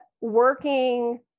working